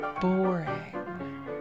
boring